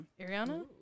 ariana